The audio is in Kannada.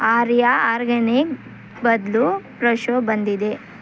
ಆರ್ಯ ಆರ್ಗಾನಿಕ್ ಬದಲು ಪ್ರೆಶೋ ಬಂದಿದೆ